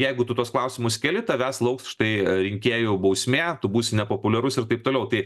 jeigu tu tuos klausimus keli tavęs lauks štai rinkėjų bausmė tu būsi nepopuliarus ir taip toliau tai